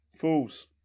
Fools